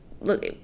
look